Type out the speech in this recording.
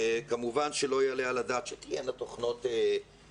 כמובן שלא יעלה על הדעת שתהיינה תוכנות פולשניות,